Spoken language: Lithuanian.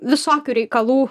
visokių reikalų